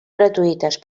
gratuïtes